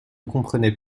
comprenait